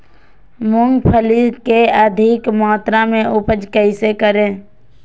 मूंगफली के अधिक मात्रा मे उपज कैसे करें?